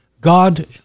God